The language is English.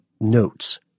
notes –